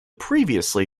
previously